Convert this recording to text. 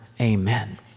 Amen